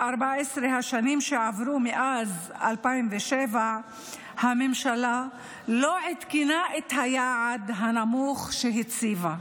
ב-14 השנים שעברו מאז 2007 הממשלה לא עדכנה את היעד הנמוך שהציבה.